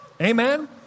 Amen